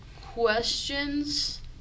questions